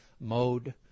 mode